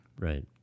Right